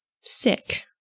sick